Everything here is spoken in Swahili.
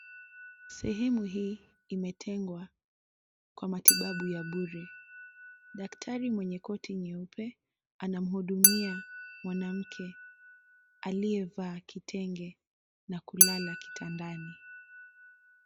Sehemu hii imetengwa kwa matibabu ya bure. Daktari mwenye koti nyeupe anahudumia mama aliyevaa kitengee na aliyelala kitandani.